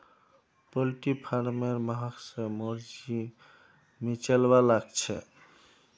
poultry फारमेर महक स मोर जी मिचलवा लाग छ